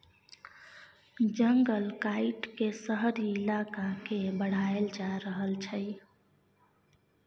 जंगल काइट के शहरी इलाका के बढ़ाएल जा रहल छइ